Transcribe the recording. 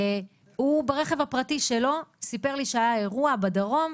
הוא ברכב הפרטי שלו סיפר לי שהיה אירוע בדרום,